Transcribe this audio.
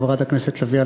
חברת הכנסת לביא,